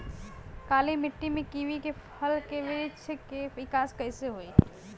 काली मिट्टी में कीवी के फल के बृछ के विकास कइसे होई?